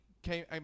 came